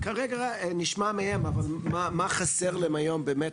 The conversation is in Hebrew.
כרגע נשמע מהם מה חסר להם היום כדי